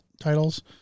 titles